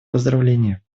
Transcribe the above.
поздравления